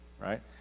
right